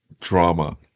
drama